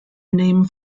name